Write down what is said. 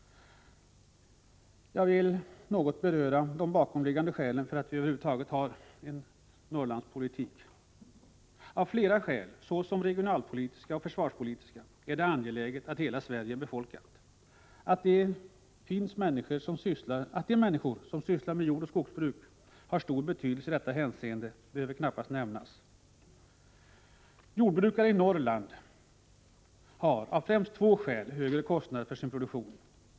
Jag vill också, herr talman, något beröra de bakomliggande skälen till att vi över huvud taget har en Norrlandspolitik. Av flera skäl, såsom regionalpolitiska och försvarspolitiska, är det angeläget att hela Sverige är befolkat. Att de människor som sysslar med jordoch skogsbruk har stor betydelse i detta hänseende behöver knappast nämnas. Jordbrukare i Norrland har av främst två skäl högre kostnader än andra för sin produktion.